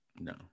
No